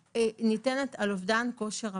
שניתנת על אובדן כושר עבודה.